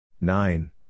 nine